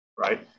right